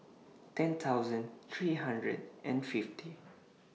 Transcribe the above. ten thousand three hundred and fifty